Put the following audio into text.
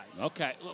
Okay